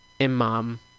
imam